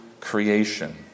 creation